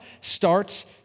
starts